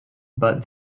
but